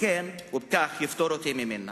ובכך יפטור אותי ממנה?